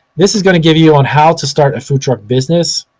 this is gonna give you you on how to start a food truck business.